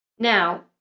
now,